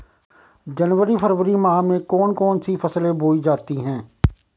जनवरी फरवरी माह में कौन कौन सी फसलें बोई जाती हैं?